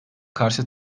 karşı